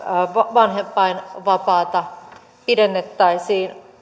vanhempainvapaata pidennettäisiin